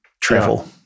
Travel